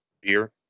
beer